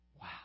Wow